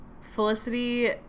Felicity